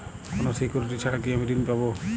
কোনো সিকুরিটি ছাড়া কি আমি ঋণ পাবো?